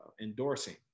endorsing